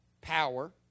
power